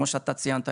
כמו שאתה ציינת,